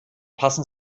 passen